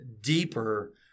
deeper